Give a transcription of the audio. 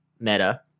meta